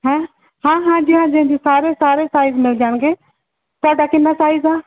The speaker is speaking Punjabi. ਹੈਂ ਹਾਂ ਹਾਂਜੀ ਹਾਂਜੀ ਹਾਂਜੀ ਸਾਰੇ ਸਾਰੇ ਸਾਈਜ਼ ਮਿਲ ਜਾਣਗੇ ਤੁਹਾਡਾ ਕਿੰਨਾ ਸਾਈਜ਼ ਆ